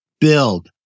build